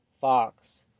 Fox